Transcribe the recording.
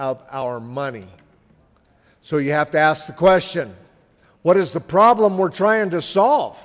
of our money so you have to ask the question what is the problem we're trying to solve